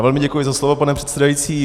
Velmi děkuji za slovo, pane předsedající.